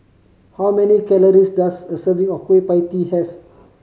how many calories does a serving of Kueh Pie Tee have